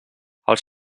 els